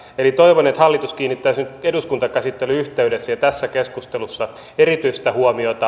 eli toivon että hallitus kiinnittäisi nyt eduskuntakäsittelyn yhteydessä ja tässä keskustelussa erityistä huomiota